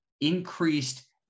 increased